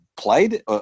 Played